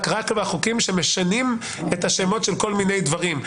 רק בחוקים שמשנים את השמות של כל מיני דברים.